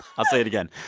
i'll say it again.